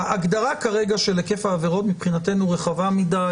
ההגדרה כרגע של היקף העבירות מבחינתנו רחבה מדי.